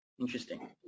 interesting